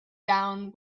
down